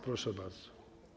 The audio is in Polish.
Proszę bardzo.